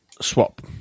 swap